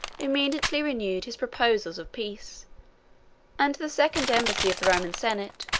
immediately renewed his proposals of peace and the second embassy of the roman senate,